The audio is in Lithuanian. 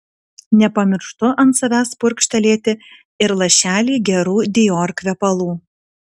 nepamirštu ant savęs purkštelėti ir lašelį gerų dior kvepalų